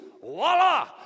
voila